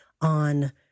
on